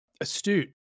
astute